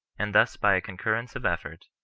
and thus by a concurrence of effort,